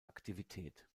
aktivität